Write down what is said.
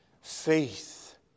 Faith